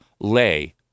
lay